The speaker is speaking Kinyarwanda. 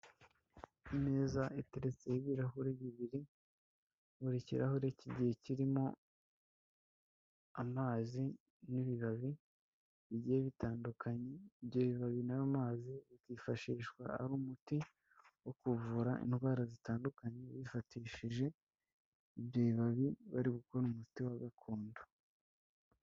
Imeza iteretse ibirahuri bibiri, buri kirahure cy'igihe kirimo amazi n'ibibabi, bigiye bitandukanye, ibyo bibabi nayo mazi byifashishwa ari umuti wo kuvura indwara zitandukanye bifatishije, ibyo bibabi bari gukora umuti wa gakondo.